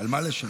על מה לשלם?